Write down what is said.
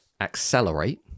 accelerate